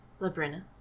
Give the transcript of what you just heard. Labrina